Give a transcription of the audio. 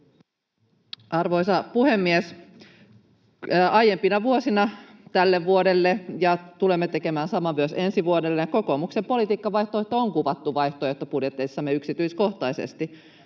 Arvoisa puhemies! Aiempina vuosina ja tälle vuodelle — ja tulemme tekemään saman myös ensi vuodelle — kokoomuksen politiikkavaihtoehto on kuvattu vaihtoehtobudjeteissamme yksityiskohtaisesti.